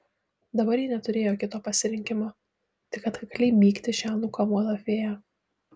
dabar ji neturėjo kito pasirinkimo tik atkakliai mygti šią nukamuotą fėją